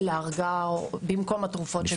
הרגעה, במקום התרופות.